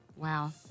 Wow